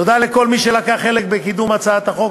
תודה לכל מי שלקח חלק בקידום הצעת החוק